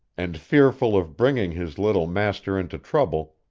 and fearful of bringing his little master into trouble,